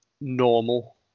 Normal